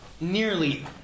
nearly